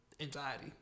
Anxiety